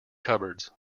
cupboards